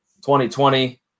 2020